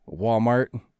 Walmart